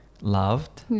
loved